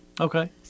Okay